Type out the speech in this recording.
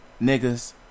niggas